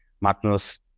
magnus